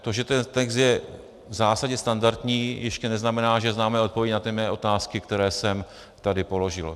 To, že ten text je v zásadě standardní, ještě neznamená, že známe odpovědi na mé otázky, které jsem tady položil.